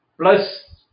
plus